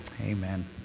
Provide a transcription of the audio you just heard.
Amen